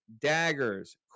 daggers